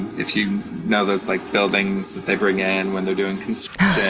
if you know those like buildings that they bring in when they're doing construction?